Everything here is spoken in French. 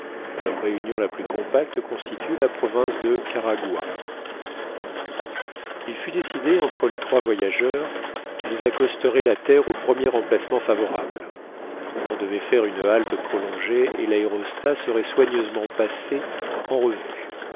leur réunion la plus compacte constitue la province de karagwah il fut décidé entre les trois voyageurs qu'ils accosteraient la terre au premier emplacement favorable on devait faire une halte prolongée et l'aérostat serait soigneusement passé en revue